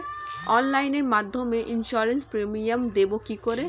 অনলাইনে মধ্যে insurance premium দেবো কি করে?